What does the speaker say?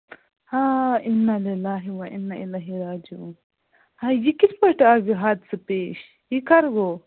ہا اِنَ لِلّٰہِ وَ اِنَ اِلَیہِ راجِعوٗن ہَے یہِ کِتھ پٲٹھۍ آو یہِ حادثہٕ پیش یہِ کَر گوٚو